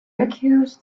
accused